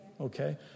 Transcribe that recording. Okay